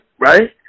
Right